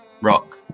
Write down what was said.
rock